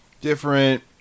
different